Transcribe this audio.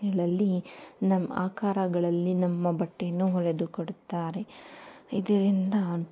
ಗಳಲ್ಲಿ ನಮ್ಮ ಆಕಾರಗಳಲ್ಲಿ ನಮ್ಮ ಬಟ್ಟೆಯನ್ನು ಹೊಲಿದು ಕೊಡುತ್ತಾರೆ ಇದರಿಂದ